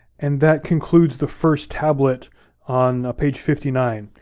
and that concludes the first tablet on page fifty nine.